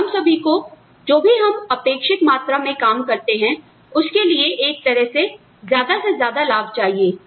और हम सभी को जो भी हम अपेक्षित मात्रा में काम करते हैं उसके लिए एक तरह से ज्यादा से ज्यादा लाभ चाहिए